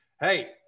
hey